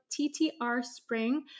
TTRSPRING